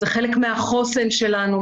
זה חלק מהחוסן שלנו,